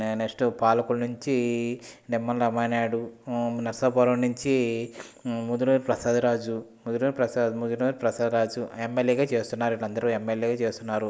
నే నెక్స్ట్ పాలకొల్లు నుంచి నిమ్మల రామానాయుడు నర్సాపురం నుంచి ముదినూర్ ప్రసాద్ రాజు ముదినూర్ ప్రసాద్ ముదునూరి ప్రసాద్ రాజు ఎమ్మెల్యేగా చేస్తున్నారు ఇప్పుడు అందరు ఎమ్మెల్యేగా చేస్తున్నారు